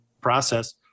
process